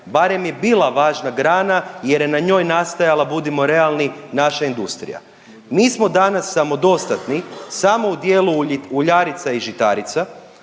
Barem je bila važna grana jer je na njoj nastajala, budimo realni, naša industrija. Mi smo danas samodostatni samo u dijelu uljarica i žitarica,